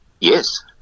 Yes